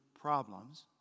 problems